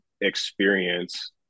experience